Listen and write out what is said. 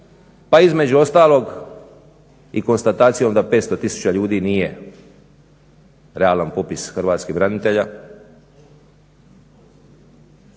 pa između ostalog i konstatacijom da 500000 ljudi nije realan popis hrvatskih branitelja